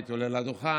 הייתי עולה לדוכן,